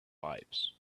pipes